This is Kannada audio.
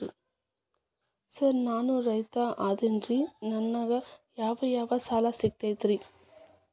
ಸರ್ ನಾನು ರೈತ ಅದೆನ್ರಿ ನನಗ ಯಾವ್ ಯಾವ್ ಸಾಲಾ ಸಿಗ್ತೈತ್ರಿ?